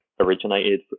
originated